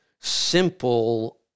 simple